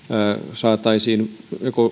saataisiin